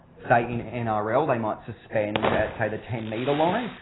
say in in ah nrl they might suspend, at say, the ten metre line.